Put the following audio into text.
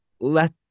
let